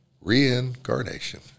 reincarnation